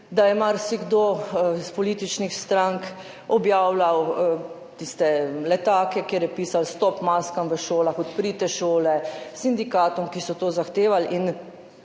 da je marsikdo iz političnih strank objavljal tiste letake, kjer je pisalo »Stop maskam v šolah«, »Odprite šole sindikatom«, ki so to zahtevali.